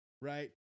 right